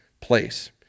place